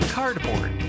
Cardboard